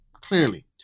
clearly